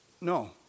no